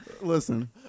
Listen